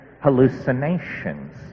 hallucinations